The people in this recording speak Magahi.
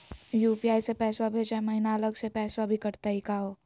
यू.पी.आई स पैसवा भेजै महिना अलग स पैसवा भी कटतही का हो?